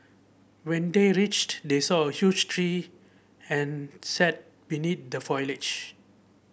when they reached they saw a huge tree and sat beneath the foliage